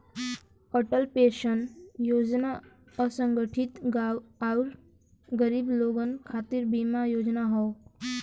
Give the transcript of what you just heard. Atal pension योजना असंगठित आउर गरीब लोगन खातिर बीमा योजना हौ